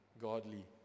godly